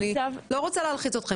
אני לא רוצה להלחיץ אתכם,